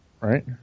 right